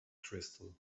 crystal